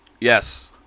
Yes